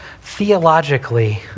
theologically